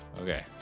Okay